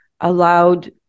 allowed